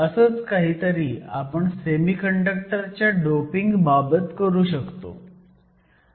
असंच काहीतरी आपण सेमीकंडक्टर च्या डोपिंग बाबत करू शकतो